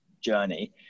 journey